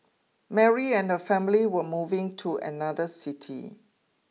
Mary and her family were moving to another city